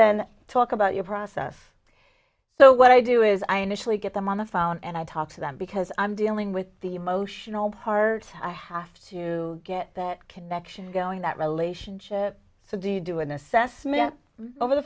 then talk about your process so what i do is i initially get them on the phone and i talk to them because i'm dealing with the emotional part i have to get that connection going that relationship so do you do an assessment over the